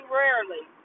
rarely